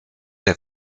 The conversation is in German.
der